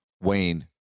Wayne